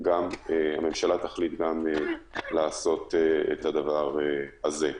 הממשלה תחליט לעשות גם את הדבר הזה.